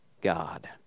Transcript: God